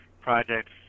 projects